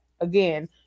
again